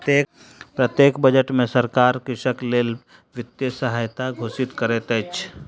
प्रत्येक बजट में सरकार कृषक के लेल वित्तीय सहायता घोषित करैत अछि